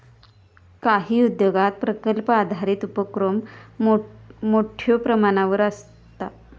काही उद्योगांत प्रकल्प आधारित उपोक्रम मोठ्यो प्रमाणावर आसता